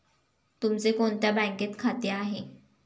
तुमचे कोणत्या बँकेत खाते आहे?